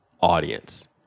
audience